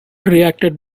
reacted